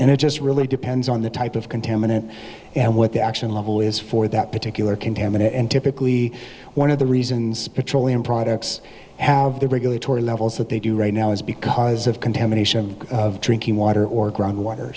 and it just really depends on the type of contaminant and what the actual level is for that particular contaminant and typically one of the reasons petroleum products have the regulatory levels that they do right now is because of contamination of drinking water or groundwater